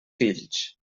fills